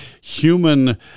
human